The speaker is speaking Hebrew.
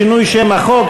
שינוי שם החוק),